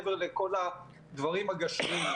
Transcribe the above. מעבר לכל הדברים הגשמיים.